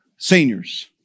Seniors